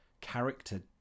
character